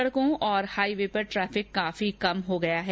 सडकों और हाईवे पर ट्रफिक काफी कम हो गया है